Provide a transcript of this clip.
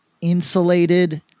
insulated